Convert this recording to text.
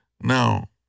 now